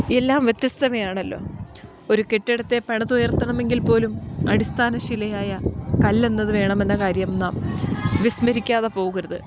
എല്ലാം വ്യത്യസ്തമയാണല്ലോ ഒരു കെട്ടിടത്തെ പണിതുയർത്തണം എങ്കിൽ പോലും അടിസ്ഥാനശിലയായ കല്ല് എന്നത് വേണമെന്ന കാര്യം നാം വിസ്മരിക്കാതെ പോകരുത്